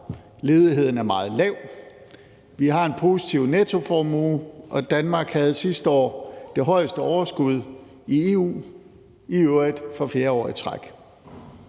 ledigheden er meget lav, at vi har en positiv nettoformue, og at Danmark sidste år havde det højeste overskud i EU, i øvrigt for fjerde år